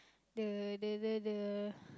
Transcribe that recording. the the the